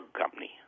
company